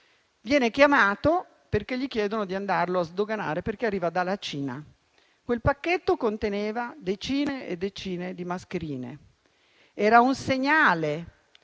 (venne chiamato con la richiesta di andarlo a sdoganare, poiché arrivava dalla Cina). Quel pacchetto conteneva decine e decine di mascherine: era un segnale